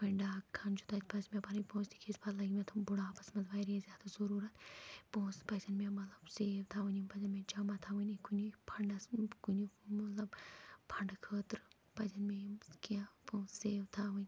یِتھ پٲٹھۍ ڈاک خانہٕ چھُ تَتہِ پَزِ مےٚ پَنٕنۍ پونٛسہٕ تِکیٛازِ پَتہٕ لَگہِ مےٚ تٕم بُڑھاپَس منٛز واریاہ زیادٕ ضروٗرَت پونٛسہٕ پَزیٚن مےٚ مطلب سیو تھاوٕنۍ یِم پَزیٚن مےٚ جمع تھاوٕنی کُنہِ فنٛڈَس کُنہِ مطلب فنٛڈٕ خٲطرٕ پَزیٚن مےٚ یِم کیٚنٛہہ پونٛسہٕ سیو تھاوٕنۍ